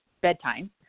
bedtime